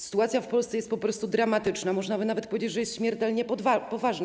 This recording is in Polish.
Sytuacja w Polsce jest po prostu dramatyczna, można by nawet powiedzieć, że jest śmiertelnie poważna.